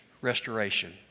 restoration